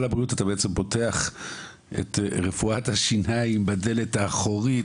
הבריאות אתה פותח את רפואת השיניים בדלת האחורית.